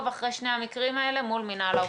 אחרי שני המקרים האלה מול מינהל האוכלוסין.